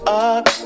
up